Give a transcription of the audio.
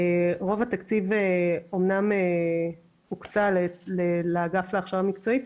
רוב התקציב אמנם הוקצה לאגף להכשרה מקצועית,